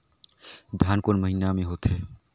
धान कोन महीना मे होथे?